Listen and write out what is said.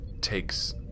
takes